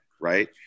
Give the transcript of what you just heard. right